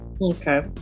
Okay